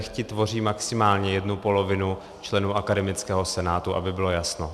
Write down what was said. Ti tvoří maximálně jednu polovinu členů akademického senátu, aby bylo jasno.